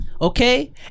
okay